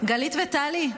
גלית וטלי,